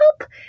help